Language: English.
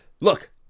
look